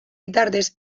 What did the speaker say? bitartez